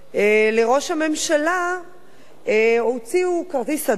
לראש הממשלה הוציאו כרטיס אדום,